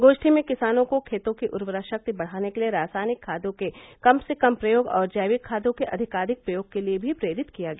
गोष्ठी में किसानों को खेतों की उर्वरा शक्ति बढ़ाने के लिए रासायनिक खादों के कम से कम प्रयोग और जैविक खादों के अधिकाधिक प्रयोग के लिए भी प्रेरित किया गया